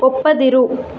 ಒಪ್ಪದಿರು